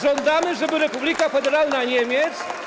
Żądamy, żeby Republika Federalna Niemiec.